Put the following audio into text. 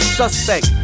suspect